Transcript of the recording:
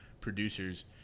producers